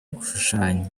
gushushanya